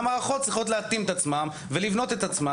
גם הערכות צריכות להתאים את עצמן ולבנות את עצמן